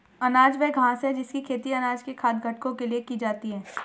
अनाज वह घास है जिसकी खेती अनाज के खाद्य घटकों के लिए की जाती है